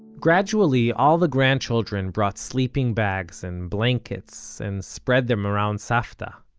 gradually, all the grandchildren brought sleeping bags and blankets and spread them around savta.